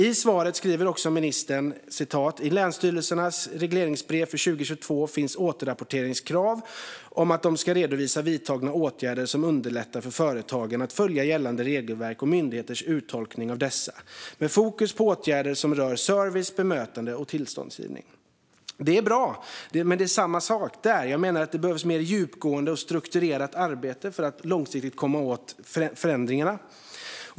I svaret säger också ministern: "I länsstyrelsernas regleringsbrev för 2022 finns återrapporteringskrav om att de ska redovisa vidtagna åtgärder som underlättar för företagen att följa gällande regelverk och myndigheters uttolkning av dessa, med fokus på åtgärder som rör service, bemötande och tillståndsgivning." Det är bra. Men det är samma sak där, att det behövs ett mer djupgående och strukturerat arbete för att långsiktigt komma åt förändringarna.